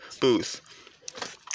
Booth